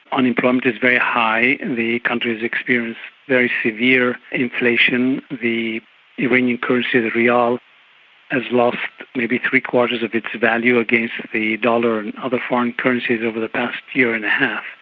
unemployment is very high, the country has experienced very severe inflation. the iranians currency, the rial, has lost maybe three-quarters of its value against the dollar and other foreign currencies over the past year and a half.